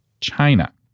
China